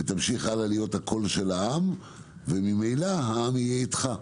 תמשיך להיות הקול של העם וממילא העם יהיה אתך.